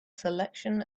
selection